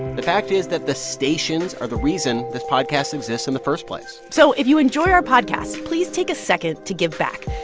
the fact is that the stations are the reason this podcast exists in the first place so if you enjoy our podcasts, please take a second to give back.